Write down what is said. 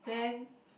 then